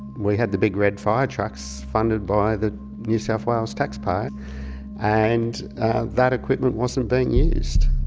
we had the big red fire trucks funded by the new south wales taxpayer and that equipment wasn't being used.